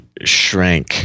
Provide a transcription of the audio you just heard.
shrank